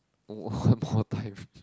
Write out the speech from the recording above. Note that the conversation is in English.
oh one more time